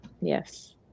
Yes